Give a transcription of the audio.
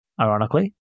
ironically